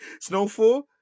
Snowfall